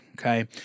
okay